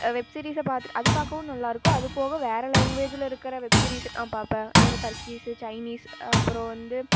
வெப்சீரிஸை பார்த்துட்டு அது பார்க்கவும் நல்லாயிருக்கும் அது போக வேறு லேங்வேஜில் இருக்கிற வெப் சீரிஸ் ஆ பார்ப்பேன் இது வந்து டர்கீஸு சைனீஸ் அப்புறம் வந்து